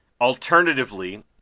alternatively